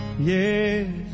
Yes